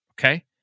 Okay